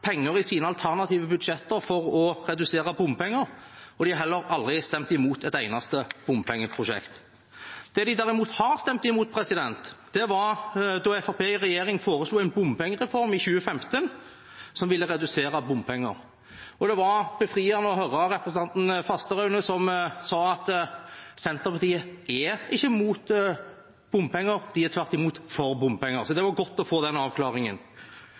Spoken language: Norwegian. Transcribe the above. penger i sine alternative budsjetter for å redusere bompenger, og de har heller aldri stemt imot et eneste bompengeprosjekt. Det de har stemt imot, var da Fremskrittspartiet i regjering foreslo en bompengereform i 2015 som ville redusere bompenger. Det var befriende å høre representanten Fasteraune, som sa at Senterpartiet ikke er mot bompenger, men tvert imot for bompenger. Det var godt å få den avklaringen.